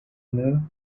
know